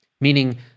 Meaning